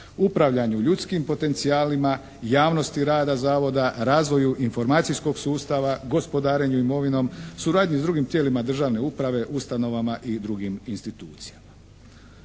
Upravljanju ljudskim potencijalima, javnosti rada Zavoda, razvoju informacijskog sustava, gospodarenju imovinom, suradnju s drugim tijelima državne uprave, ustanovama i drugim institucijama.